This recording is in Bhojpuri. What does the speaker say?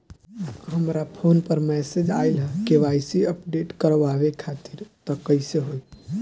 हमरा फोन पर मैसेज आइलह के.वाइ.सी अपडेट करवावे खातिर त कइसे होई?